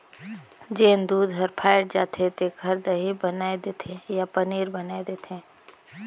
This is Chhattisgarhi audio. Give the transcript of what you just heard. जेन दूद हर फ़ायट जाथे तेखर दही बनाय देथे या पनीर बनाय देथे